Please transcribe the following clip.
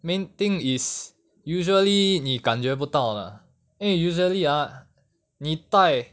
main thing is usually 你感觉不到的 lah 因为 usually ah 你戴